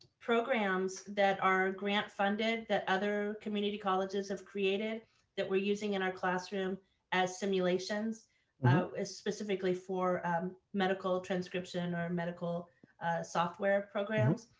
programs that are grant-funded that other community colleges have created that we're using in our classroom as simulations specifically for medical transcription or medical software programs,